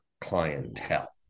clientele